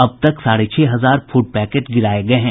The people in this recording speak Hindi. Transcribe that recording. अब तक साढ़े छह हजार फूड पैकट गिराये गये हैं